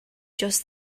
just